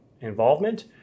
involvement